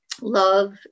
love